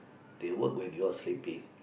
they work when you are sleeping